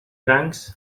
crancs